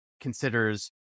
considers